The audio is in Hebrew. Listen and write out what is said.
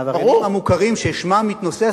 העבריינים המוכרים ששמם מתנוסס,